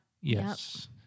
Yes